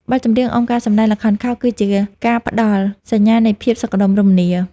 បទចម្រៀងអមការសម្ដែងល្ខោនខោល គឺជាការផ្ដល់សញ្ញានៃភាពសុខដុមរមនា។